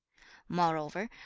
moreover,